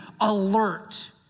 alert